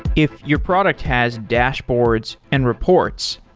if your product has dashboards and reports,